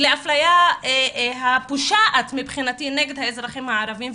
לאפליה הפושעת מבחינתי נגד האזרחים הערבים,